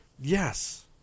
Yes